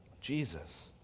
Jesus